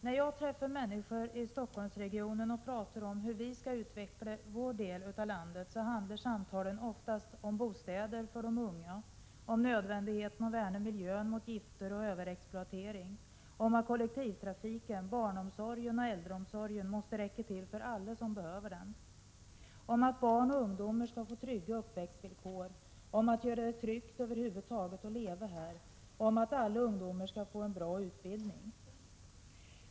När jag träffar människor i Stockholmsregionen och pratar om hur vi skall utveckla vår del av landet, handlar samtalen oftast om bostäder åt de unga, om nödvändigheten att värna miljön mot gifter och överexploatering, om att kollektivtrafiken, barnomsorgen och äldreomsorgen måste räcka till för alla som behöver dessa former av service, om att barn och ungdomar skall få trygga uppväxtvillkor, om att göra det tryggt över huvud taget att leva här, om att alla ungdomar skall få en bra utbildning.